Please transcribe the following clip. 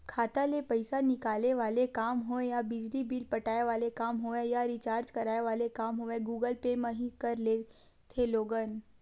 खाता ले पइसा निकाले वाले काम होय या बिजली बिल पटाय वाले काम होवय या रिचार्ज कराय वाले काम होवय गुगल पे म ही कर लेथे लोगन